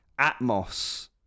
Atmos